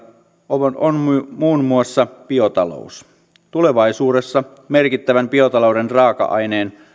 on on muun muassa biotalous tulevaisuudessa merkittävän biotalouden raaka aineen